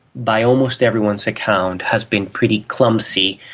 by almost everyone's account, has been pretty clumsy,